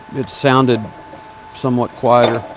it sounded somewhat quieter.